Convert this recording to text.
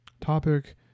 topic